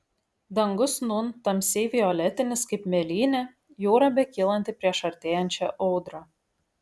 dangus nūn tamsiai violetinis kaip mėlynė jūra bekylanti prieš artėjančią audrą